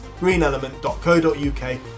greenelement.co.uk